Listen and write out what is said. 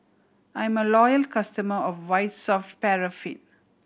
I'm a loyal customer of White Soft Paraffin